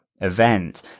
Event